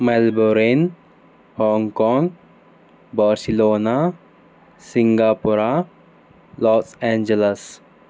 Melbourne Hong Kong Barcelona Singapore Los Angeles